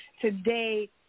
today